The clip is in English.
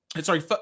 Sorry